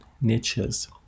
niches